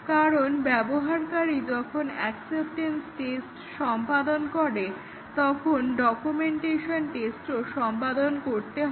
কারণ ব্যবহারকারী যখন অ্যাকসেপ্টেনস টেস্ট সম্পাদন করে তখন ডকুমেন্টেশন টেস্টও সম্পাদন করতে হবে